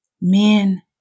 Men